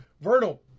Vernal